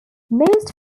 most